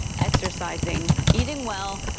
exercising, eating well,